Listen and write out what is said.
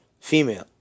Female